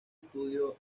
studio